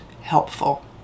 helpful